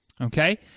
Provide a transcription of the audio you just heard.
Okay